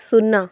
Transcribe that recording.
ଶୂନ